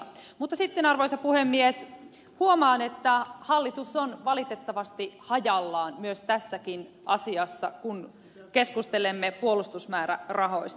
mutta sitten arvoisa puhemies huomaan että hallitus on valitettavasti hajallaan myös tässä asiassa kun keskustelemme puolustusmäärärahoista